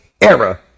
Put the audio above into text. era